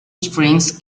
strings